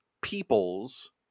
peoples